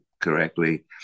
correctly